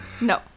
No